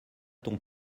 ton